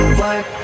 work